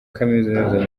kaminuza